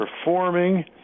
performing